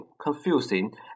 confusing